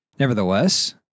Nevertheless